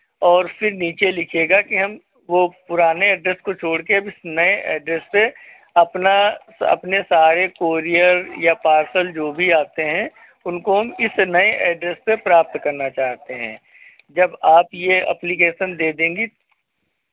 और फिर नीचे लिखिएगा कि हम वो पुराने ऐड्रेस को छोड़ के अब इस नए ऐड्रेस पे अपना अपने सारे कोरियर या पार्सल जो भी आते हैं उनको हम इस नए एड्रेस पे प्राप्त करना चाहते हैं जब आप ये अप्लीकेशन दे देंगी